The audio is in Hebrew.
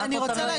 מה את רוצה ממני?